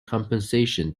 compensation